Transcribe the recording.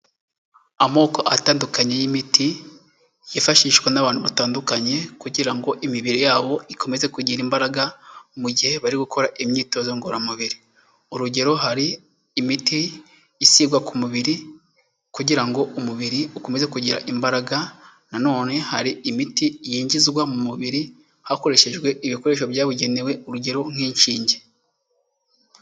Amoko atandukanye y'imiti yifashishwa n'abantu batandukanye kugira ngo imibiri yabo ikomeze kugira imbaraga, mu gihe bari gukora imyitozo ngororamubiri. Urugero hari imiti isigwa ku mubiri kugira ngo umubiri ukomeze kugira imbaraga, nanone hari imiti yinjizwa mu mubiri hakoreshejwe ibikoresho byabugenewe urugero nk'inshinge.